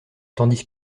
tandis